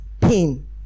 pain